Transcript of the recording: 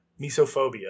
Misophobia